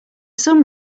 some